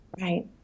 Right